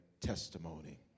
testimony